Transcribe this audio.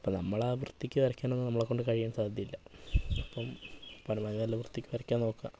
അപ്പോൾ നമ്മൾ ആ വൃത്തിയ്ക്ക് വരയ്ക്കാനൊന്നും നമ്മളെക്കൊണ്ട് കഴിയാൻ സാധ്യതയില്ല അപ്പം പരമാവധി നല്ല വൃത്തിയ്ക്ക് വരയ്ക്കാൻ നോക്കാം